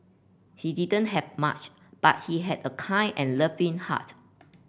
he didn't have much but he had a kind and loving heart